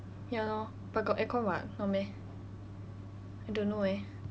ya lor but got aircon [what] no meh I don't know eh